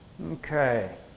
Okay